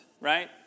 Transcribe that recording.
right